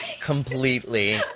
Completely